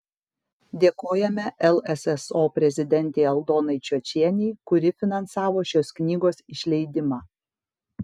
dėkojame lsso prezidentei aldonai čiočienei kuri finansavo šios knygos išleidimą